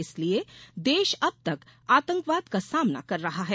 इसलिये देश अब तक आतंकवाद का सामना कर रहा है